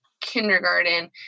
kindergarten